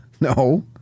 No